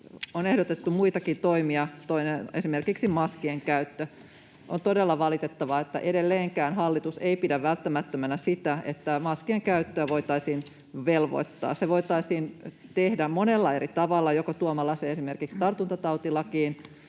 on ehdotettu muitakin toimia, esimerkiksi maskien käyttöä. On todella valitettavaa, että edelleenkään hallitus ei pidä välttämättömänä sitä, että maskien käyttöön voitaisiin velvoittaa. Se voitaisiin tehdä monella eri tavalla, joko tuomalla se esimerkiksi tartuntatautilakiin